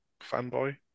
fanboy